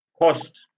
Cost